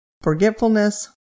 forgetfulness